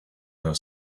their